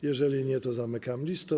Jeżeli nie, zamykam listę.